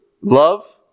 love